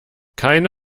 keine